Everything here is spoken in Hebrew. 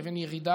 לבין ירידה